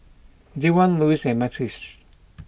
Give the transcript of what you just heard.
Javon Louis and Myrtice